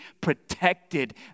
protected